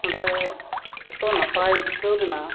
ᱚᱸᱰᱮ ᱮᱛᱚ ᱱᱟᱯᱟᱭ ᱟᱹᱭᱠᱟᱹᱣ ᱞᱮᱱᱟ